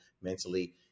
mentally